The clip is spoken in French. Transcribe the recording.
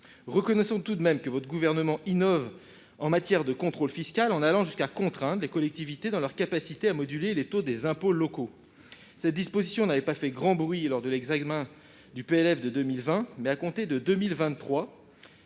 Reconnaissons tout de même que le Gouvernement innove en matière de contrôle fiscal, en allant jusqu'à contraindre les collectivités dans leur capacité à moduler les taux des impôts locaux. Cette disposition n'a pas fait grand bruit lors de l'examen du projet de loi de finances pour 2020.